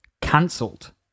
cancelled